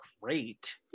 great